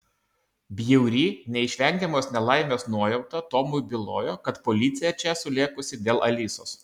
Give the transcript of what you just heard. bjauri neišvengiamos nelaimės nuojauta tomui bylojo kad policija čia sulėkusi dėl alisos